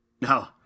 No